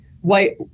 white